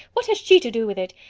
what has she to do with it?